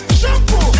shampoo